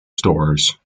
stores